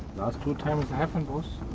last two times happened, worse.